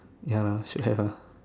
ya lah still have lah